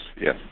yes